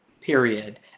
period